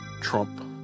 Trump